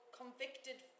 convicted